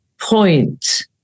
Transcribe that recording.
point